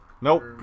Nope